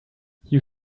you